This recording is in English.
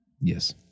Yes